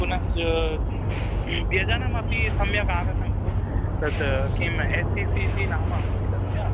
पुनश्च व्यजनमपि सम्यगागतं भोः तत् किम् एस् सी सी टी नाम अस्ति तस्य